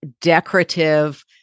decorative